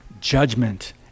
Judgment